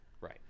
Right